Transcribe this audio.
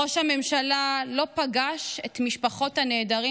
ראש הממשלה לא פגש את משפחות הנעדרים